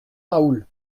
raoul